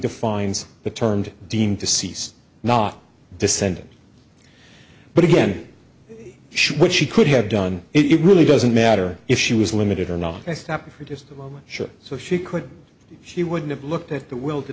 defines the termed deem deceased not descent but again sure she could have done it really doesn't matter if she was limited or not i stopped for just a moment sure so she could she would have looked at the will to